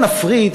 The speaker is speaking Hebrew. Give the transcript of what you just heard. נפריט,